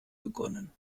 begonnen